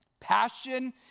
Passion